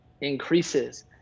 increases